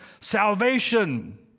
salvation